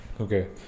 Okay